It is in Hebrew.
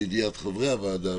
לידיעת חברי הוועדה,